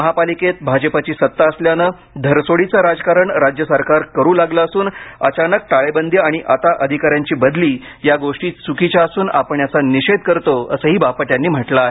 महापालिकेत भाजपाची सत्ता असल्याने धरसोडीचे राजकारण राज्य सरकार करू लागले असून अचानक टाळेबंदी आणि आता अधिकाऱ्यांची बदली या गोष्टी च्कीच्या असून आपण याचा निषेध करतो असंही बापट यांनी म्हटलं आहे